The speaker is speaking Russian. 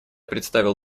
представил